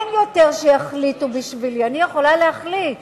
אין יותר שיחליטו עבורי, אני יכולה להחליט.